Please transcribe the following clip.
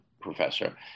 professor